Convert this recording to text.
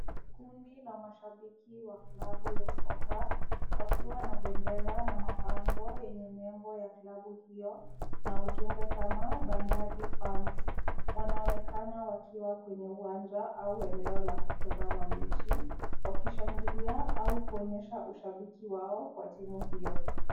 Kundi la mashabiki wa klabu ya soka, wakiwa na bendera na mabango yenye nembo ya klabu hiyo, na ujumbe kama Bandar fans . Wanaonekana wakiwa kwenye uwanja au eneo la kutazama mechi wakishangilia au kuonyesha ushabiki wao kwa timu hiyo.